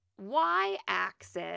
Y-axis